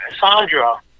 Sandra